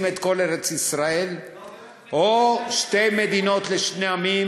את כל ארץ-ישראל או שתי מדינות לשני עמים,